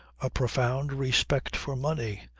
a profound respect for money,